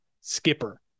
Skipper